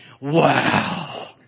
Wow